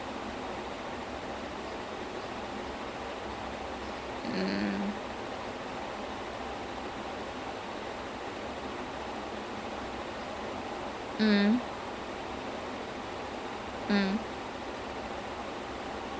Natpe Thunai thunai first half was still somewhat watchable then அதுக்கு அப்புறம்:athukku appuram the second half தான் என்னது திருப்பி அதே:thaan ennathu thirupi athae sidekick காலுல வந்து:kaalula vanthu he will loses his leg but then it was supposed to be an emotional scene but somehow it becomes a comedy scene instead then you're like